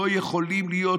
לא יכולים להיות,